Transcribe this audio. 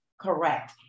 Correct